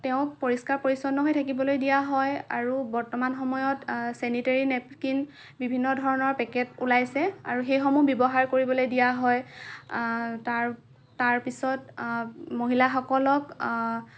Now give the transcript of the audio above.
তেওঁক পৰিস্কাৰ পৰিচ্ছন্ন হৈ থাকিবলৈ দিয়া হয় আৰু বৰ্তমান সময়ত ছেনিটেৰী নেপকিন বিভিন্ন ধৰণৰ পেকেট ওলাইছে আৰু সেইসমূহ ব্যৱহাৰ কৰিবলৈ দিয়া হয় তাৰ তাৰ পিছত মহিলাসকলক